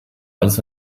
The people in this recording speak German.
alles